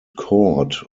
cord